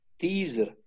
teaser